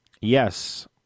Yes